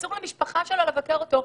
אסור למשפחתו לבקר אותו.